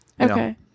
Okay